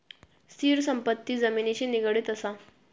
स्थिर संपत्ती जमिनिशी निगडीत असा